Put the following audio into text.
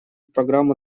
программу